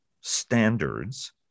standards